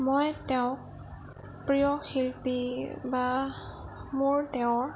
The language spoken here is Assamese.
মই তেওঁক প্ৰিয় শিল্পী বা মোৰ তেওঁৰ